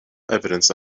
evidence